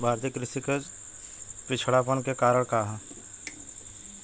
भारतीय कृषि क पिछड़ापन क कारण का ह?